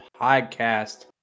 podcast